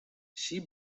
she